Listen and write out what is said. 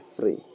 free